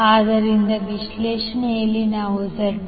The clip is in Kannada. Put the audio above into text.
ಆದ್ದರಿಂದ ವಿಶ್ಲೇಷಣೆಯಲ್ಲಿ ನಾವು ZY